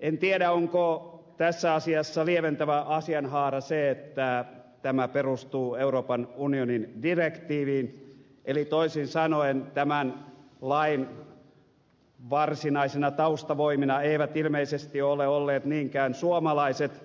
en tiedä onko tässä asiassa lieventävä asianhaara se että tämä perustuu euroopan unionin direktiiviin eli toisin sanoen tämän lain varsinaisina taustavoimina eivät ilmeisesti ole olleet niinkään suomalaiset